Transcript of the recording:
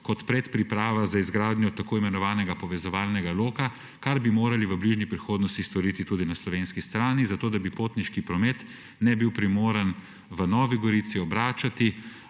kot predpriprava za izgradnjo tako imenovanega povezovalnega loka, kar bi morali v bližnji prihodnosti storiti tudi na slovenski strani, zato da bi potniški promet ne bil primoran v Novi Gorici obračati